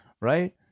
right